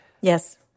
Yes